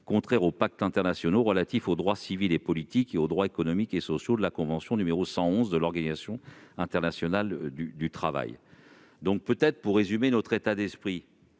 contraire aux pactes internationaux relatifs aux droits civils et politiques et aux droits économiques et sociaux, à la convention n° 111 de l'Organisation internationale du travail. » Pour résumer notre état d'esprit,